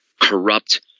corrupt